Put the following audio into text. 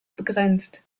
begrenzt